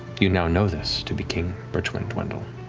you now know this to be king bertrand dwendal.